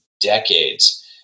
decades